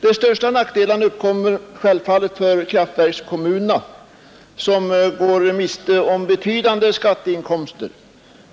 De största nackdelarna uppkommer självfallet för kraftverkskommunerna, som går miste om betydande skatteinkomster.